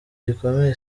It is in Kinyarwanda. gikomeye